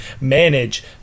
manage